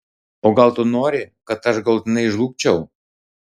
o gal tu nori kad aš galutinai žlugčiau